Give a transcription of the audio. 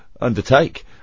undertake